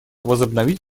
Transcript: возобновить